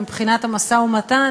מבחינת המשא-ומתן